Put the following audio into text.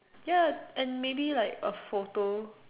ya and maybe like a photo